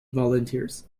volunteers